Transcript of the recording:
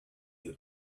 you